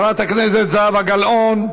חברת הכנסת זהבה גלאון,